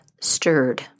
stirred